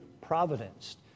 providence